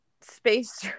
space